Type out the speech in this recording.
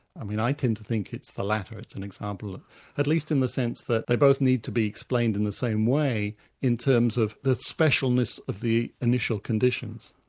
um i tend to think it's the latter, it's an example of at least in the sense that they both need to be explained in the same way in terms of the specialness of the initial conditions.